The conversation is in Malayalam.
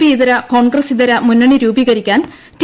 പി ഇതര കോൺഗ്രസ് ഇതര മുന്ന്ണി രൂപീകരിക്കാൻ ടി